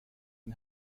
این